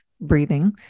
breathing